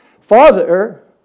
father